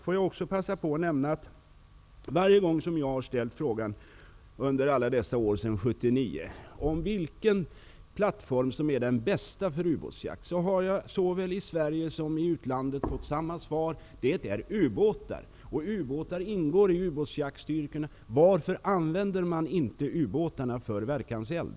Låt mig också passa på att nämna, att varje gång som jag under alla dessa år sedan 1979 har frågat vilken plattform som är den bästa för ubåtsjakt, så har jag, såväl i Sverige som i utlandet, fått samma svar: Det är ubåtar. Ubåtarna ingår ju i ubåtsjaktsstyrkorna, varför använder man då inte ubåtarna för verkanseld?